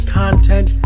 content